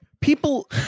people